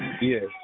yes